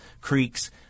creeks